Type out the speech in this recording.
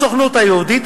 הסוכנות היהודית,